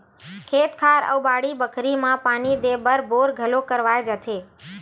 खेत खार अउ बाड़ी बखरी म पानी देय बर बोर घलोक करवाए जाथे